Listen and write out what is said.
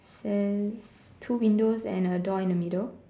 then two windows and a door in the middle